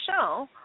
show